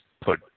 put